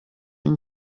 ihn